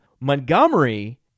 Montgomery